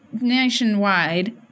nationwide –